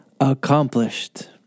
accomplished